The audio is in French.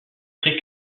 très